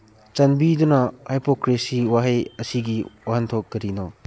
ꯆꯥꯟꯕꯤꯗꯨꯅ ꯍꯥꯏꯄꯣꯀ꯭ꯔꯦꯁꯤ ꯋꯥꯍꯩ ꯑꯁꯤꯒꯤ ꯋꯥꯍꯟꯊꯣꯛ ꯀꯔꯤꯅꯣ